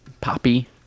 Poppy